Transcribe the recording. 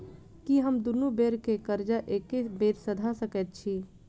की हम दुनू बेर केँ कर्जा एके बेर सधा सकैत छी?